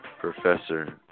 professor